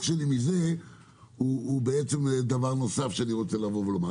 שלי מזה הוא דבר נוסף שאני רוצה לומר.